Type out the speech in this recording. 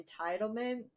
entitlement